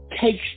takes